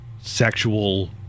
sexual